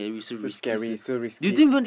so scary so risky